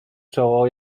czoło